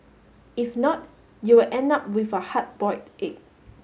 if not you will end up with a hard boiled egg